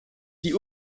die